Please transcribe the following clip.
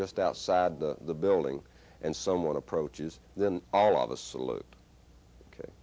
just outside the building and someone approaches then all of a